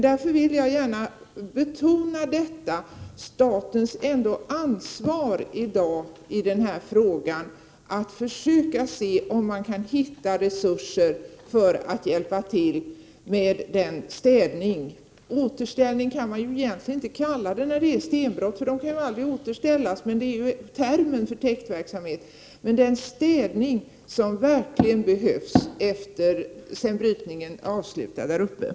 Därför vill jag gärna betona statens ansvar i dag när det gäller att försöka hitta resurser för att hjälpa till med den städning som verkligen behövs sedan brytningen är avslutad där uppe. Återställning kan man egentligen inte kalla det i fråga om stenbrott, för de kan aldrig återställas, men det är ju termen vid täktverksamhet.